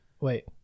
Wait